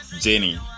Jenny